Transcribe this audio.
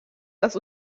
das